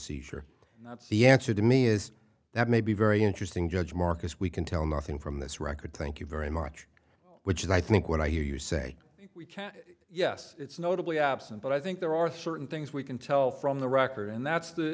the answer to me is that may be very interesting judge marcus we can tell nothing from this record thank you very much which is i think what i hear you say we can yes it's notably absent but i think there are certain things we can tell from the record and that's the